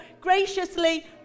graciously